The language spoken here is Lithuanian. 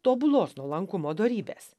tobulos nuolankumo dorybės